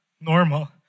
normal